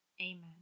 Amen